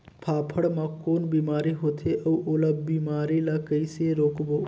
फाफण मा कौन बीमारी होथे अउ ओला बीमारी ला कइसे रोकबो?